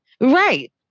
Right